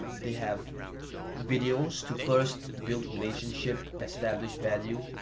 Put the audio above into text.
they have videos to first build relationship, established value,